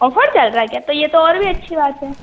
offer चल रहा है क्या तो ये तो और भी अच्छी बात है